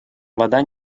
вода